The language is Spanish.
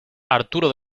arturo